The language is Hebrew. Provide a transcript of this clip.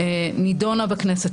נידונה בכנסת,